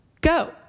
go